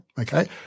okay